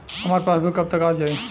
हमार पासबूक कब तक आ जाई?